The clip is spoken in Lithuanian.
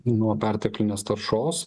nuo perteklinės taršos